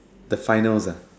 the finals ah